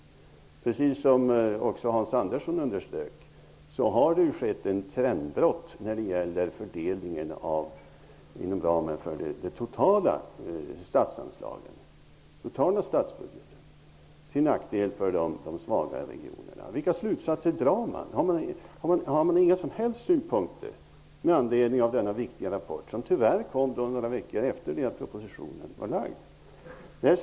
Precis som också Hans Andersson underströk, har det skett ett trendbrott när det gäller fördelningen inom ramen för den totala statsbudgeten till nackdel för de svaga regionerna. Vilka slutsatser drar Isa Halvarsson? Har hon inga som helst synpunkter på denna viktiga rapport? Rapporten kom tyvärr några veckor efter det att propositionen hade lagts fram.